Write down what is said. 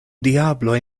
diabloj